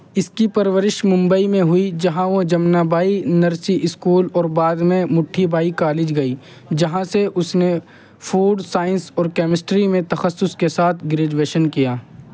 اس کی پرورش ممبئی میں ہوئی جہاں وہ جمنا بائی نرسی اسکول اور بعد میں مٹھی بائی کالج گئی جہاں سے اس نے فوڈ سائنس اور کیمسٹری میں تخصص کے ساتھ گریجویشن کیا